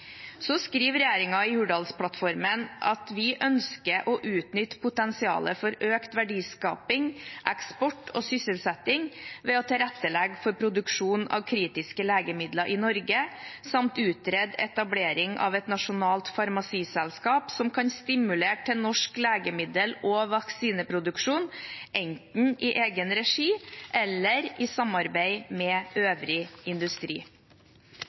skriver i Hurdalsplattformen at den ønsker å «utnytte potensialet for økt verdiskaping, eksport og sysselsetting ved å tilrettelegge for produksjon av kritisk viktige legemidler i Norge», samt «utrede etableringen av et nasjonalt farmasiselskap som kan stimulere til norsk legemiddel- og vaksineproduksjon, enten i egenregi eller i samarbeid med øvrig industri».